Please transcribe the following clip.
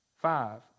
Five